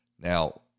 Now